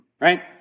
Right